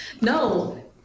no